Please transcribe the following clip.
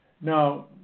Now